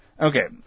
Okay